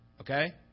Okay